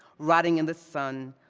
rotting in the sun,